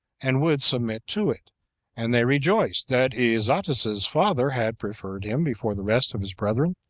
and would submit to it and they rejoiced that izates's father had preferred him before the rest of his brethren,